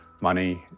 money